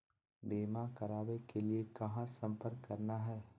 बीमा करावे के लिए कहा संपर्क करना है?